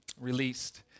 Released